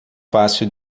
fácil